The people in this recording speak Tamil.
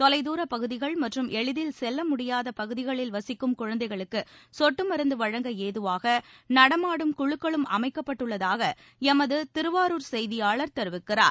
தொலைதூர பகுதிகள் மற்றும் எளிதில் செல்ல முடியாத பகுதிகளில் வசிக்கும் குழந்தைகளுக்கு சொட்டு மருந்து வழங்க ஏதுவாக ஆயிரம் நடமாடும் குழுக்களும் அமைக்கப்பட்டுள்ளதாக எமது திருவாரூர் செய்தியாளர் விஜயகுமார் தெரிவிக்கிறார்